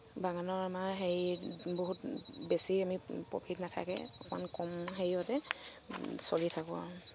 বাগানৰ আমাৰ হেৰি বহুত বেছি আমি প্ৰফিট নাথাকে অকণমান কম হেৰিয়তে চলি থাকো আৰু